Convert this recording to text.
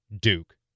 Duke